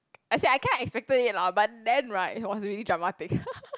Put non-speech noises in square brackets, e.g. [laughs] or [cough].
I say I kinda expected it lah but then right it was really dramatic [laughs]